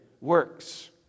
works